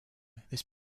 this